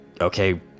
okay